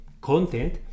content